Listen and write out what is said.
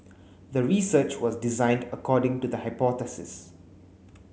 the research was designed according to the hypothesis